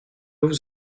vous